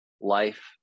life